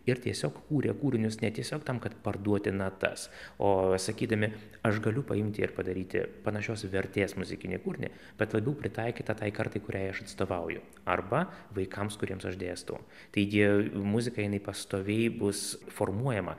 ir tiesiog kūrė kūrinius ne tiesiog tam kad parduoti natas o sakydami aš galiu paimti ir padaryti panašios vertės muzikinį kūrinį bet labiau pritaikytą tai kartai kuriai aš atstovauju arba vaikams kuriems aš dėstau taigi muzika jinai pastoviai bus formuojama